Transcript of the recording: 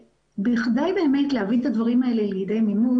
בכדי באמת להביא את הדברים האלה לידי מימוש,